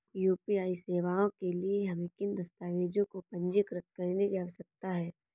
UPI सेवाओं के लिए हमें किन दस्तावेज़ों को पंजीकृत करने की आवश्यकता है?